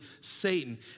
Satan